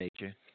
nature